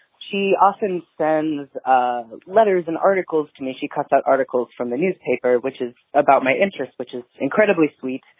she often sends letters and articles to me. she cut out articles from the newspaper, which is about my interest, which is incredibly sweet.